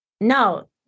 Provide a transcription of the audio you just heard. no